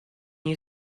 you